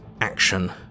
action